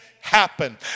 happen